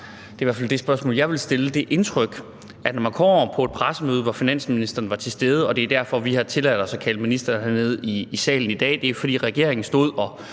det er i hvert fald det, som det spørgsmål, jeg vil stille, handler om – et indtryk fra det pressemøde, hvor finansministeren var til stede. Det er derfor, vi har tilladt os at kalde ministeren herned i salen i dag. For regeringen stod og